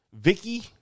Vicky